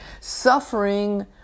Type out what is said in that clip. Suffering